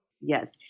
Yes